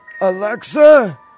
Alexa